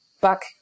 buck